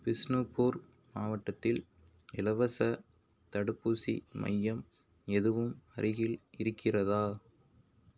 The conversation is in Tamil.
பிஷ்ணுபூர் மாவட்டத்தில் இலவசத் தடுப்பூசி மையம் எதுவும் அருகில் இருக்கிறதா